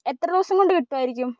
എത്ര ദിവസം കൊണ്ട് കിട്ടുമായിരിക്കും